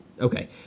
Okay